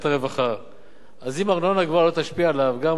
אז אם ארנונה גבוהה לא תשפיע עליו גם הפטור הזה לא ישפיע עליו.